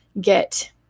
get